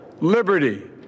liberty